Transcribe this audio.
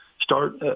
start